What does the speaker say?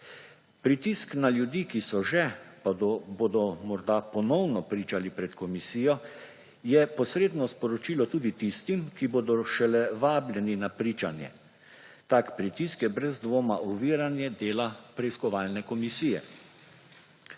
Pritisk na ljudi, ki so že, pa bodo morda ponovno pričali pred komisijo, je posredno sporočilo tudi tistim, ki bodo šele vabljeni na pričanje. Tak pritisk je brez dvoma oviranje dela preiskovalne komisije.